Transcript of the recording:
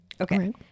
Okay